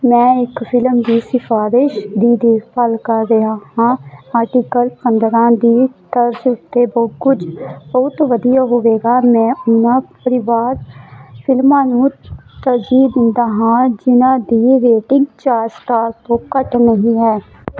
ਮੈਂ ਇੱਕ ਫਿਲਮ ਦੀ ਸਿਫਾਰਸ਼ ਦੀ ਦੇਖਭਾਲ ਕਰ ਰਿਹਾ ਹਾਂ ਆਰਟੀਕਲ ਪੰਦਰਾਂ ਦੀ ਤਰਜ਼ ਉੱਤੇ ਬਹੁ ਕੁਝ ਬਹੁਤ ਵਧੀਆ ਹੋਵੇਗਾ ਮੈਂ ਉਹਨਾਂ ਪਰਿਵਾਰ ਫਿਲਮਾਂ ਨੂੰ ਤਰਜੀਹ ਦਿੰਦਾ ਹਾਂ ਜਿਨ੍ਹਾਂ ਦੀ ਰੇਟਿੰਗ ਚਾਰ ਸਟਾਰ ਤੋਂ ਘੱਟ ਨਹੀਂ ਹੈ